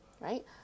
right